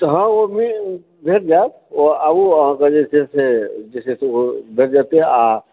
हँ तऽ ओ भेट जायत आबु अहाँकेॅं जे छै से भेट जेतै आ